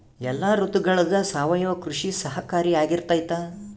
ಎಲ್ಲ ಋತುಗಳಗ ಸಾವಯವ ಕೃಷಿ ಸಹಕಾರಿಯಾಗಿರ್ತೈತಾ?